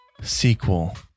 Sequel